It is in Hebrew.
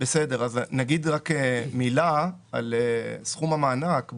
נגיד מילה על סכום המענק.